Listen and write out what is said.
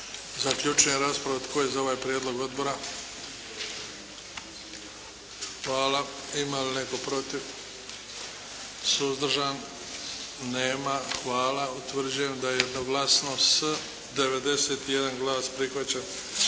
Zaključujem raspravu. Tko je za ovaj Prijedlog odbora? Hvala. Ima li netko protiv? Suzdržan? Nema. Hvala. Utvrđujem da je jednoglasno s 91 glas prihvaćen